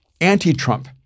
anti-Trump